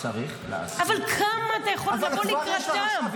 צריך לעשות --- אבל כמה אתה יכול לבוא לקראתם?